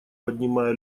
поднимая